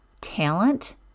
talent